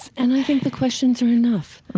and i think the questions are enough.